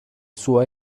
suo